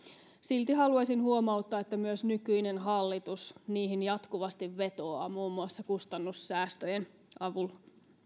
silti haluaisin huomauttaa että myös nykyinen hallitus niihin jatkuvasti vetoaa muun muassa kustannussäästöjen avulla